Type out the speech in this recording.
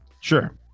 Sure